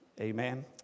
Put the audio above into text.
Amen